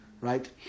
right